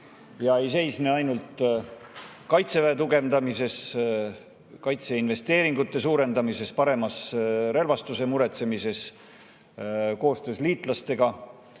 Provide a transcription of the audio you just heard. See ei seisne ainult Kaitseväe tugevdamises, kaitseinvesteeringute suurendamises, parema relvastuse muretsemises, liitlastega